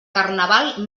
carnaval